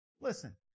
Listen